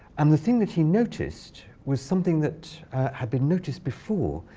um the thing that he noticed was something that had been noticed before.